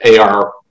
AR